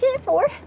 four